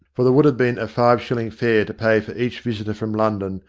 for there would have been a five shilling fare to pay for each visitor from london,